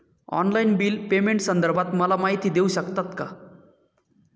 Online bill पेमेंटसंदर्भात मला माहिती देऊ शकतात का?